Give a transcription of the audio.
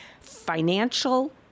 Financial